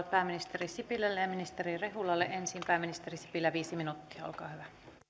pääministeri sipilälle ja ministeri rehulalle ensin pääministeri sipilä viisi minuuttia olkaa hyvä